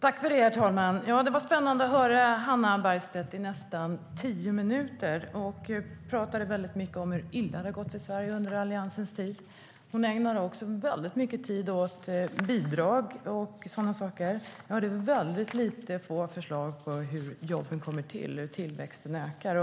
Herr talman! Det var spännande att höra Hannah Bergstedt i nästan tio minuter. Hon talade väldigt mycket om hur illa det har gått för Sverige under Alliansens tid. Hon ägnade också mycket tid åt bidrag och så vidare. Jag hörde inte mycket om förslag för hur jobben ska komma till och hur tillväxten ska öka.